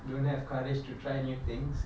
don't have courage to try new things